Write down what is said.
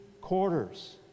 quarters